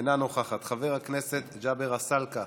אינה נוכחת, חבר הכנסת ג'אבר עסאקלה,